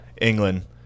England